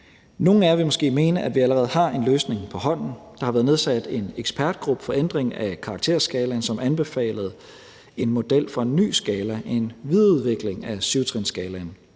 Nogle af jer vil måske mene, at vi allerede har en løsning på hånden. Der har været nedsat en ekspertgruppe til ændring af karakterskalaen, som anbefalede en model for en ny skala, en videreudvikling af 7-trinsskalaen